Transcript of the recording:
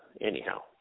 Anyhow